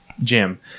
jim